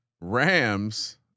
Rams